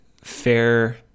fair